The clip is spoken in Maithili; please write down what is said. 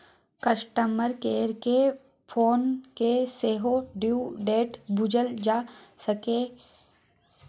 कस्टमर केयर केँ फोन कए सेहो ड्यु डेट बुझल जा सकैए